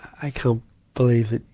i can't believe that,